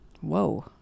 whoa